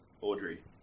Audrey